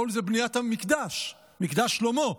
העול הוא בניית המקדש, מקדש שלמה.